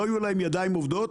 לא היו להם ידיים עובדות?